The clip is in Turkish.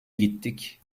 gittik